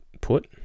put